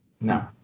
No